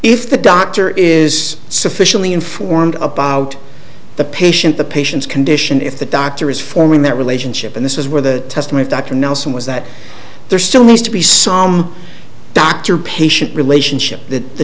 if the doctor is sufficiently informed about the patient the patient's condition if the doctor is forming that relationship and this is where the testimony dr nelson was that there still needs to be some doctor patient relationship that the